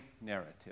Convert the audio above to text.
narrative